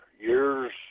years